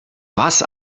was